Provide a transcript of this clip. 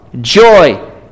joy